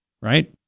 Right